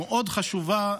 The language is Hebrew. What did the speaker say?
מאוד חשובה,